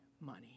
money